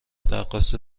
رقاص